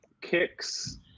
kicks